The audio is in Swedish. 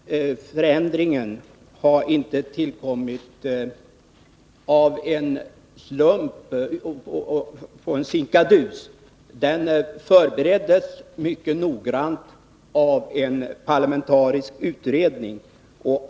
Fru talman! Förändringen har inte tillkommit av en slump eller av en sinkadus. Den förbereddes mycket noga av en parlamentarisk utredning.